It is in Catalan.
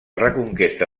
reconquesta